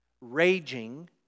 raging